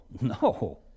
no